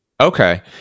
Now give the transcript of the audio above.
Okay